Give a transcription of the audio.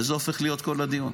וזה הופך להיות כל הדיון.